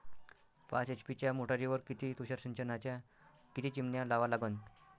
पाच एच.पी च्या मोटारीवर किती तुषार सिंचनाच्या किती चिमन्या लावा लागन?